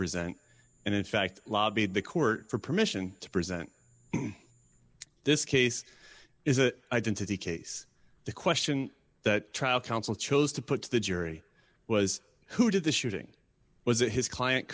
present and in fact lobbied the court for permission to present this case is an identity case the question that trial counsel chose to put to the jury was who did the shooting was it his client